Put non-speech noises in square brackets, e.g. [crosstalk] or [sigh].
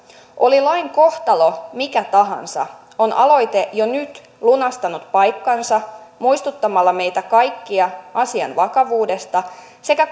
oli lain kohtalo mikä tahansa on aloite jo nyt lunastanut paikkansa muistuttamalla meitä kaikkia asian vakavuudesta sekä [unintelligible]